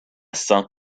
saint